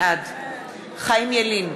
בעד חיים ילין,